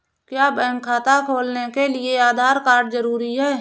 क्या बैंक खाता खोलने के लिए आधार कार्ड जरूरी है?